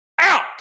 out